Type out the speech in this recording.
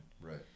right